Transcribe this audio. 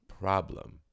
problem